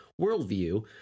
worldview